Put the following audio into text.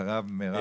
ואחריו מירב כהן.